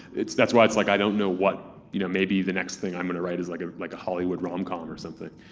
that's why it's like i don't know what, you know maybe the next thing i'm gonna write is like ah like a hollywood rom-com or something.